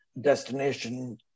destination